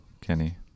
Kenny